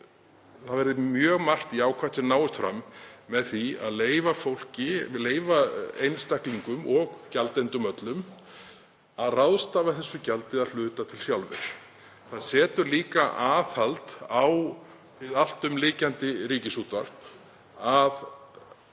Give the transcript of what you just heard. að mjög margt jákvætt náist fram með því að leyfa einstaklingum og gjaldendum öllum að ráðstafa þessu gjaldi að hluta til sjálfir. Það setur líka aðhald á hið alltumlykjandi Ríkisútvarp, að